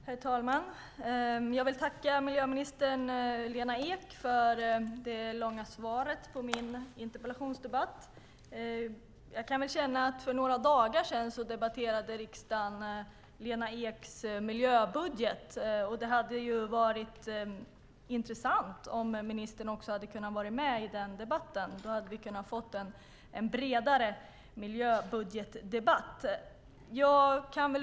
Herr talman! Jag vill tacka miljöminister Lena Ek för det långa svaret på min interpellation. För några dagar sedan debatterade riksdagen Lena Eks miljöbudget. Det hade varit intressant om ministern kunnat delta i den debatten. Då hade vi kunnat få en bredare miljöbudgetdebatt.